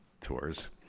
tours